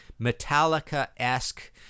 Metallica-esque